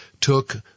took